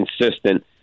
consistent